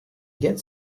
get